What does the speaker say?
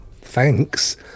Thanks